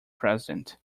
president